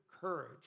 courage